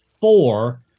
four